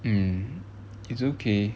um it's okay